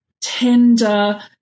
tender